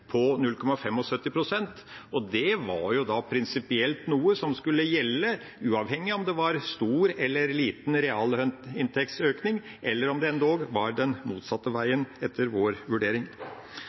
Det var prinsipielt noe som etter vår vurdering skulle gjelde uavhengig av om det var stor eller liten realinntektsøkning, eller om det endog var den motsatte veien.